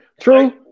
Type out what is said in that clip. True